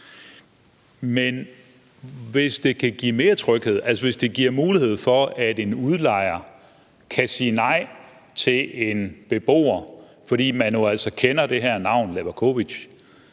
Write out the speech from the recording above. Kl. 19:10 Peter Skaarup (DF): Men hvis det giver mulighed for, at en udlejer kan sige nej til en beboer, fordi man jo altså kender det her navn Levakovic,